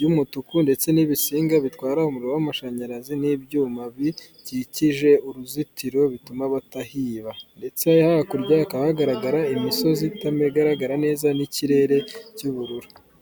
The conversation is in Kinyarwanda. y'umutuku ndetse n'ibisiga bitwara umuriro w'amashanyarazi n'ibyuma bikikije uruzitiro bituma batahiba, ndetse hakurya hakaba hagaragara imisozi itagaragara neza n'ikirere cy'ubururu.